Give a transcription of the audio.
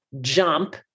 jump